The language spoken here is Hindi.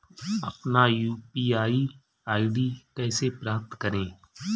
अपना यू.पी.आई आई.डी कैसे प्राप्त करें?